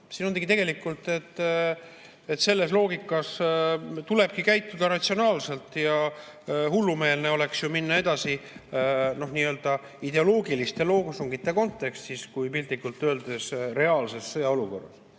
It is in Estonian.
see ongi ratsionaalne. Siin selles loogikas tulebki käituda ratsionaalselt ja hullumeelne oleks ju minna edasi nii-öelda ideoloogiliste loosungite kontekstis piltlikult öeldes reaalses sõjaolukorras.